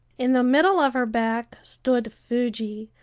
in the middle of her back stood fuji,